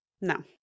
No